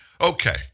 Okay